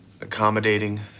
accommodating